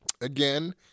Again